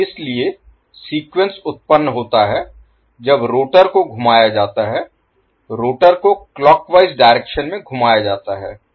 अब इसलिए सीक्वेंस उत्पन्न होता है जब रोटर को घुमाया जाता है रोटर को क्लॉक वाइज डायरेक्शन में घुमाया जाता है